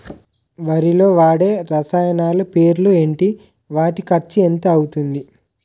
వరిలో వాడే రసాయనాలు పేర్లు ఏంటి? వాటి ఖర్చు ఎంత అవతుంది?